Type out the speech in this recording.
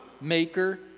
maker